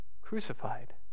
crucified